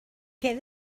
què